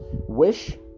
wish